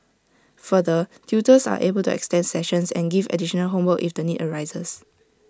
further tutors are able to extend sessions and give additional homework if the need arises